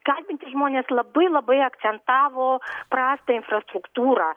kalbinti žmonės labai labai akcentavo prastą infrastruktūrą